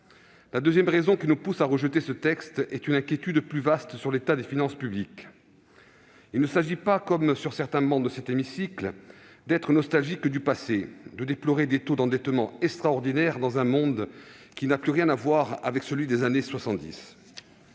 La seconde raison qui nous pousse à rejeter ce texte est une inquiétude plus vaste sur l'état des finances publiques. Il ne s'agit pas, comme sur certaines travées de cet hémicycle, d'être nostalgique du passé, de déplorer des taux d'endettement extraordinaires dans un monde qui n'a plus rien à voir avec celui des années 1970.